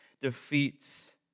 defeats